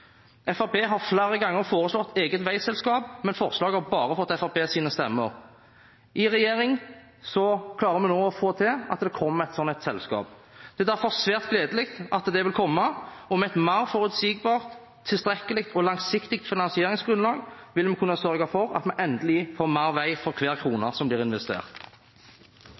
Fremskrittspartiet har flere ganger foreslått eget veiselskap, men forslaget har bare fått Fremskrittspartiets stemmer. I regjering klarer vi nå å få til at det kommer et slikt selskap. Det er derfor svært gledelig at det vil komme, og med et mer forutsigbart tilstrekkelig og langsiktig finansieringsgrunnlag vil vi kunne sørge for at vi endelig får mer vei for hver krone som blir investert.